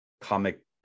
comic